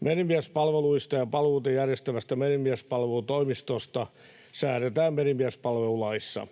Merimiespalveluista ja palveluita järjestävästä Merimiespalvelutoimistosta säädetään merimiespalvelulaissa.